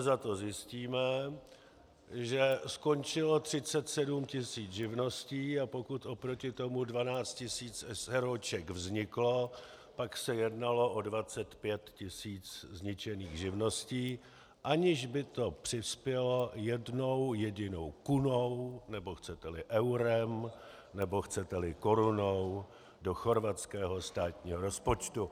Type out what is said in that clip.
Zato zjistíme, že skončilo 37 tisíc živností, a pokud oproti tomu 12 tisíc s.r.o. vzniklo, pak se jednalo o 25 tisíc zničených živností, aniž by to přispělo jednou jedinou kunou, nebo chceteli eurem, nebo chceteli korunou, do chorvatského státního rozpočtu.